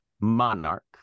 monarch